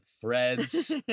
threads